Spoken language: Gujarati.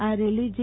આ રેલી જી